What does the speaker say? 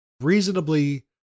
reasonably